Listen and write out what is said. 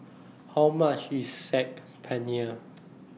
How much IS Saag Paneer